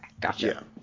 gotcha